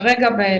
כרגע,